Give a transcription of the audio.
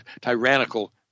tyrannical